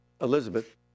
Elizabeth